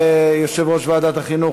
יושב-ראש ועדת החינוך,